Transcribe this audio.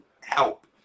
help